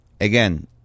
again